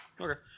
Okay